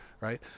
right